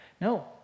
No